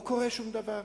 לא קורה שום דבר.